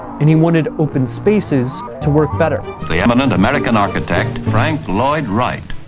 and he wanted open spaces to work better. the eminent american architect frank lloyd wright.